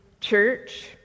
church